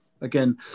again